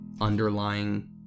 underlying